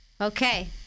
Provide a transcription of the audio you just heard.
Okay